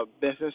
business